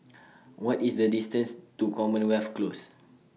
What IS The distance to Commonwealth Close